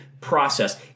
process